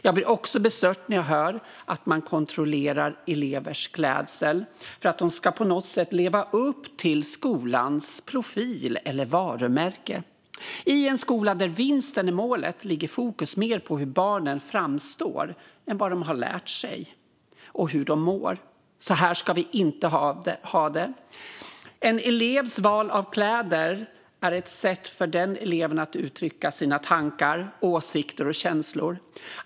Jag blir också bestört när jag hör att man kontrollerar elevers klädsel för att de på något sätt ska leva upp till skolans profil eller varumärke. I en skola där vinsten är målet ligger fokus mer på hur barnen framstår än vad de har lärt sig och hur de mår. Så här ska vi inte ha det. En elevs val av kläder är ett sätt för den eleven att uttrycka sina tankar, åsikter och känslor.